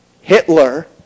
Hitler